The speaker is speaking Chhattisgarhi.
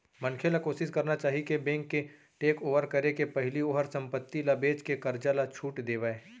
मनखे ल कोसिस करना चाही कि बेंक के टेकओवर करे के पहिली ओहर संपत्ति ल बेचके करजा ल छुट देवय